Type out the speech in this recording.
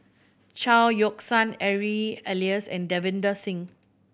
Chao Yoke San Harry Elias and Davinder Singh